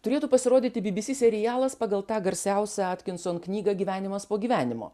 turėtų pasirodyti bybysy serialas pagal tą garsiausią atkinson knygą gyvenimas po gyvenimo